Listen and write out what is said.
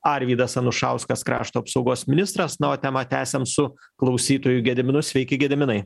arvydas anušauskas krašto apsaugos ministras na o temą tęsiam su klausytoju gediminu sveiki gediminai